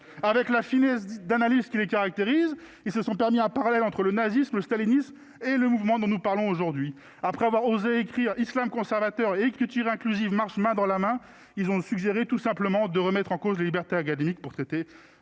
avec la finesse d'analyse qui les caractérise, ils se sont permis un parallèle entre le nazisme, stalinisme et le mouvement dont nous parlons aujourd'hui après avoir osé écrire Islam conservateur et écriture inclusive marchent main dans la main, ils ont suggéré tout simplement de remettre en cause la liberté académique pour traiter